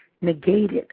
negated